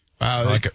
Wow